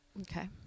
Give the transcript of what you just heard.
Okay